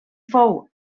fou